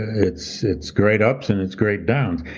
its its great ups and its great downs.